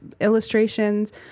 illustrations